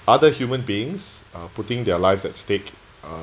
other human beings are putting their lives at stake uh